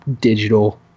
digital